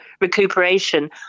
recuperation